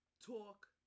talk